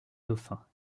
dauphin